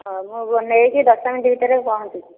ହଉ ମୁଁ ନେଇକି ଦଶ ମିନିଟ୍ ଭିତରେ ପହଁଚୁଛି